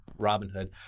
Robinhood